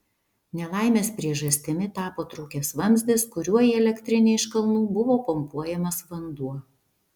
nelaimės priežastimi tapo trūkęs vamzdis kuriuo į elektrinę iš kalnų buvo pumpuojamas vanduo